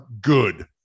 good